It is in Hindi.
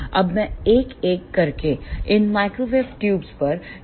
अब मैं एक एक करके इन माइक्रोवेव ट्यूबों पर चर्चा करूंगी